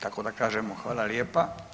Tako da kažemo hvala lijepa.